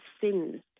sins